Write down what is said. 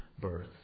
birth